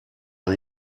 man